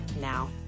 now